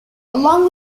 along